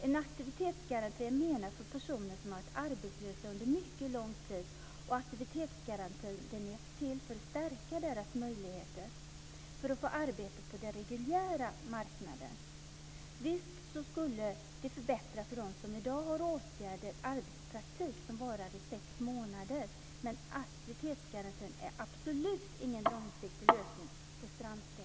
En aktivitetsgaranti är menad för personer som har varit arbetslösa under mycket lång tid. Aktivitetsgarantin är till för att stärka deras möjligheter att få arbete på den reguljära marknaden. Visst skulle det förbättra för dem som i dag har åtgärder i form av arbetspraktik som varar i sex månader. Men aktivitetsgarantin är absolut inte någon långsiktig lösning på problemet med strandstädningen.